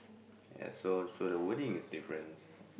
ya so so the wording is difference